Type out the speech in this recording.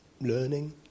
learning